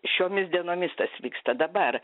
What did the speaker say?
šiomis dienomis tas vyksta dabar